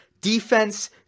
defense